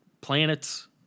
planets